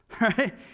right